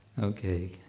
Okay